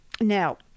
now